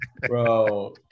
Bro